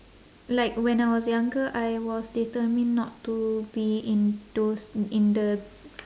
like when I was younger I was determined not to be in those in the